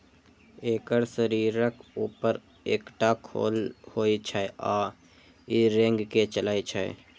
एकर शरीरक ऊपर एकटा खोल होइ छै आ ई रेंग के चलै छै